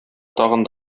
тагын